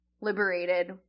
liberated